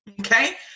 okay